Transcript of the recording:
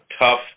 tough